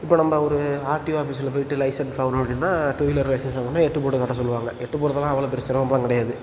இப்போ நம்ம ஒரு ஆர்டிஓ ஆஃபீஸில் போய்விட்டு லைசென்ஸ் வாங்கணும் அப்படின்னா டூ வீலர் லைசென்ஸ் வாங்கணுன்னால் எட்டு போட்டு காட்ட சொல்லுவாங்க எட்டு போடுறதுலாம் அவ்வளோ பெருசெல்லாம் ரொம்ப கிடையாது